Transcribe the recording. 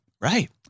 Right